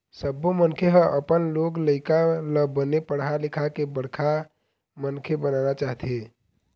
सब्बो मनखे ह अपन लोग लइका ल बने पढ़ा लिखा के बड़का मनखे बनाना चाहथे